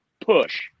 push